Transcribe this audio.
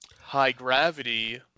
high-gravity